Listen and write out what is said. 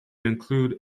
include